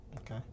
Okay